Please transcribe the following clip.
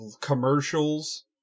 commercials